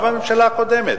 גם הממשלה הקודמת,